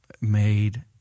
made